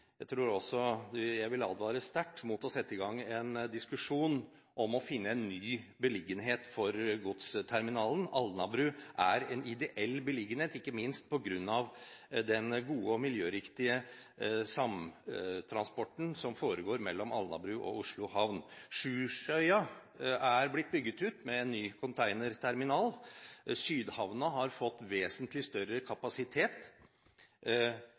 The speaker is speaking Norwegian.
Jeg tror også jeg vil advare sterkt mot å sette i gang en diskusjon om å finne en ny beliggenhet for godsterminalen. Alnabru er en ideell beliggenhet, ikke minst på grunn av den gode og miljøriktige samtransporten som foregår mellom Alnabru og Oslo Havn. Sjursøya er blitt bygget ut med en ny containerterminal. Sydhavna har fått vesentlig større kapasitet.